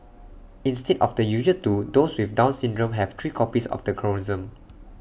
instead of the usual two those with down syndrome have three copies of the chromosome